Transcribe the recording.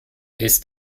ist